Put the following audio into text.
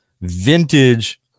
vintage